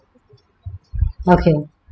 okay